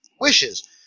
wishes